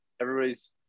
Everybody's